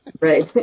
Right